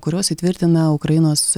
kurios įtvirtina ukrainos